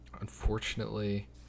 Unfortunately